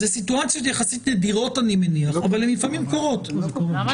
אני מניח שזאת סיטואציה יחסית נדירה אבל לפעמים היא קורית.